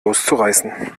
loszureißen